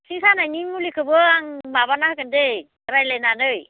सिं सानायनि मुलिखौबो आं माबाना होगोन दे रायलायनानै